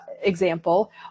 example